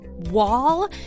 wall